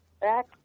Back